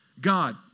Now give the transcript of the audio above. God